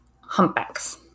Humpbacks